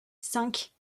cinq